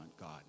God